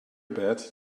bed